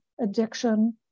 addiction